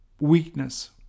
weakness